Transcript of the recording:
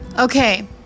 Okay